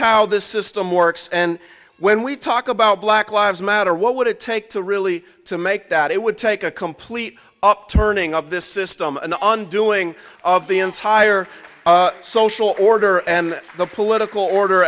how the system works and when we talk about black lives matter what would it take to really to make that it would take a complete upturning of this system and undoing of the entire social order and the political order